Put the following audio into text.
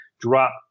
drop